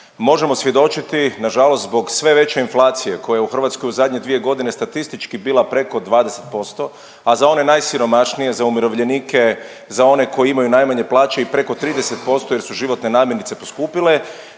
možemo svjedočiti nažalost zbog sve veće inflacije koja je u Hrvatskoj u zadnje 2.g. statistički bila preko 20%, a za one najsiromašnije, za umirovljenike, za one koji imaju najmanje plaće i preko 30% jer su životne namirnice poskupile,